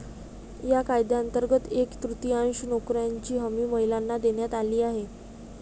या कायद्यांतर्गत एक तृतीयांश नोकऱ्यांची हमी महिलांना देण्यात आली आहे